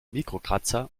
mikrokratzer